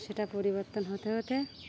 সেটা পরিবর্তন হতে হতে